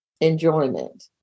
enjoyment